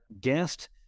guest